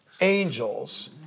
angels